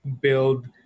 build